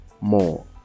more